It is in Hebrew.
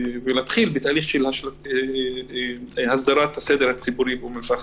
להתחיל בתהליך של הסדרת הסדר הציבורי באום אל פאחם.